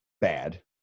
bad